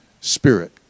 spirit